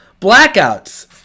Blackouts